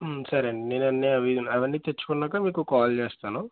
సరే అండి నేను అన్నీ అవి అవన్నీ తెచ్చుకున్నాకా మీకు కాల్ చేస్తాను